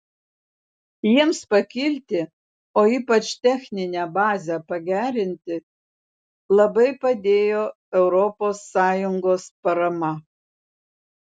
jiems pakilti o ypač techninę bazę pagerinti labai padėjo europos sąjungos parama